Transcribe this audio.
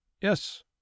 Yes